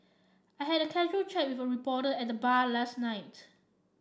I had a casual chat with a reporter at the bar last night